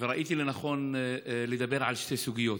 וראיתי לנכון לדבר על שתי סוגיות: